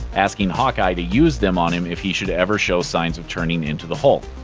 asking hawkeye to use them on him if he should ever show signs of turning into the hulk.